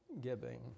giving